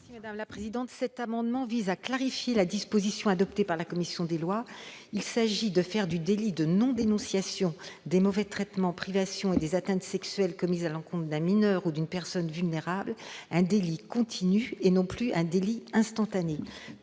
est à Mme le rapporteur. Cet amendement vise à clarifier la disposition adoptée par la commission des lois. Il s'agit de faire du délit de non-dénonciation de mauvais traitements, privations et atteintes sexuelles commises à l'encontre d'un mineur ou d'une personne vulnérable un délit continu et non plus un délit instantané.